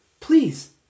please